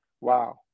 wow